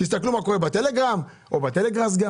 תסתכלו מה קורה בטלגרם או גם בטלגראס.